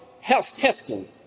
Heston